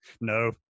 No